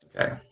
Okay